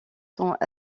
sont